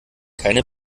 keine